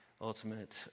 ultimate